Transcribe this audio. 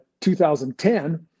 2010